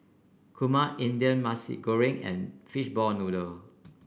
Kurma Indian Mee Goreng and Fishball Noodle